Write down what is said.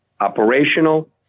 operational